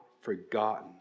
forgotten